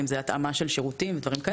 אם זה התאמה של שירותים ודברים כאלה.